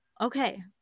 okay